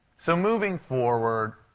so moving forward,